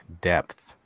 depth